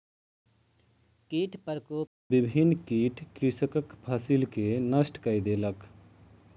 कीट प्रकोप में विभिन्न कीट कृषकक फसिल के नष्ट कय देलक